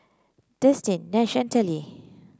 Destin Nash and Telly